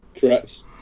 Correct